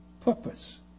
purpose